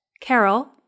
Carol